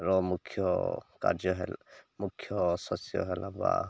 ର ମୁଖ୍ୟ କାର୍ଯ୍ୟ ହେଲା ମୁଖ୍ୟ ଶସ୍ୟ ହେଲା ବା